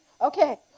Okay